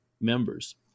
members